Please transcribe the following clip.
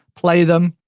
play them,